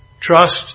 trust